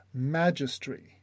magistry